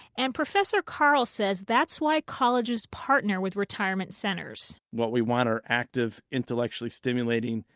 and professor carle says that's why colleges partner with retirement centers what we want are active, intellectually stimulating,